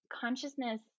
consciousness